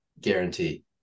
guarantee